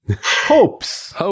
Hopes